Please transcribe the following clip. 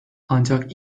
ancak